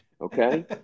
okay